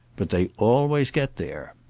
but they always get there.